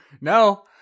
No